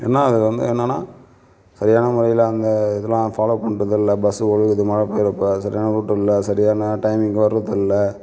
என்ன அது வந்து என்னன்னா சரியான முறையில் அந்த இதலாம் ஃபாலோ பண்ணுறது இல்லை பஸ்ஸு ஒழுகுது மழை பெய்கிறப்ப சரியான ரூட்டு இல்லை சரியான டைமிங்கு வர்றது இல்லை